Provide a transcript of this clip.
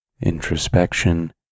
introspection